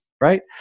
right